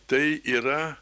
tai yra